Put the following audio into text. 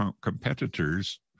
competitors